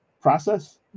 process